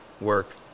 work